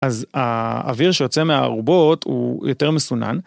אז האוויר שיוצא מהערובות הוא יותר מסונן.